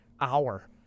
hour